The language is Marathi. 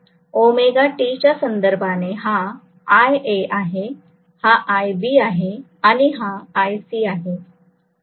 तर ωt च्या संदर्भाने हा iA आहे हा iB आहे आणि हा iC आहे